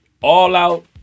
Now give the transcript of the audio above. all-out